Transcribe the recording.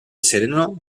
sereno